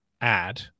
add